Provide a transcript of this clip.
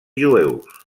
jueus